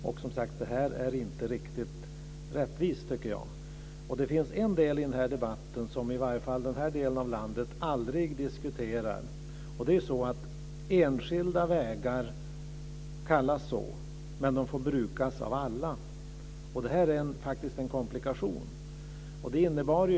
Jag tycker att det här inte är riktigt rättvist. En del i den här debatten kommer i varje fall i den här delen av landet aldrig upp till diskussion. De vägar som det gäller kallas enskilda, men de får brukas av alla. Detta är faktiskt en komplikation.